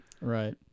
Right